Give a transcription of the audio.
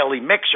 Mixer